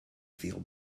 feel